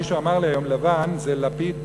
מישהו אמר לי היום: לב"ן זה לפיד-בנט-נתניהו,